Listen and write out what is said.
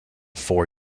four